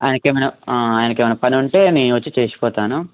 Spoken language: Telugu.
ఆయనకు ఏమైన ఆయనకు ఏమైన పని ఉంటే నేను వచ్చి చేసి పోతాను